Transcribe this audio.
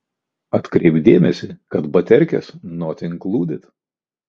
atkreipk dėmesį kad baterkės not inkluded